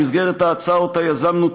במסגרת ההצעה שאותה יזמנו,